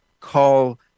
call